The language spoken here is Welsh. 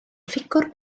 ffigwr